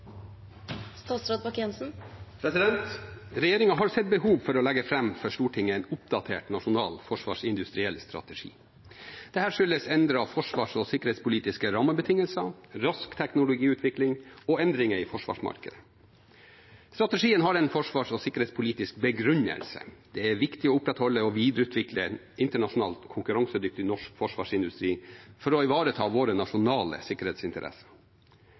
har sett behov for å legge fram for Stortinget en oppdatert nasjonal forsvarsindustriell strategi. Det skyldes endrede forsvars- og sikkerhetspolitiske rammebetingelser, rask teknologiutvikling og endringer i forsvarsmarkedet. Strategien har en forsvars- og sikkerhetspolitisk begrunnelse. Det er viktig å opprettholde og videreutvikle en internasjonalt konkurransedyktig norsk forsvarsindustri for å ivareta våre nasjonale sikkerhetsinteresser.